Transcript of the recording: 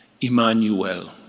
Emmanuel